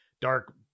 dark